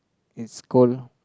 it's cold